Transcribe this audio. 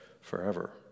forever